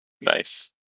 Nice